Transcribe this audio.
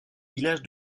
village